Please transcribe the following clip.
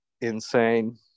insane